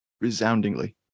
Resoundingly